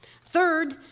Third